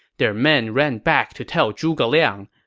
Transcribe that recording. their men ran back to tell zhuge liang.